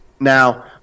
Now